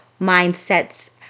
mindsets